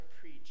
preach